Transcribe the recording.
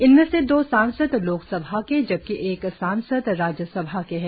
इनमें से दो सांसद लोकसभा के जबकि एक सांसद राज्यसभा के हैं